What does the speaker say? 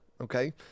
okay